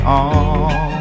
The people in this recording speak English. on